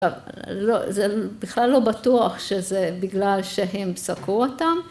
‫זה בכלל לא בטוח שזה בגלל ‫שהם סקרו אותם.